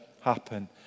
happen